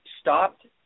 stopped